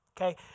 okay